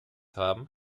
haben